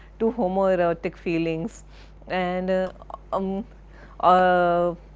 to homo-erotic feelings and ah um um